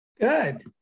good